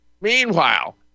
Meanwhile